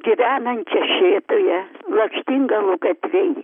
gyvenančią šėtoje lakštingalų gatvėj